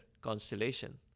constellation